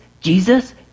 Jesus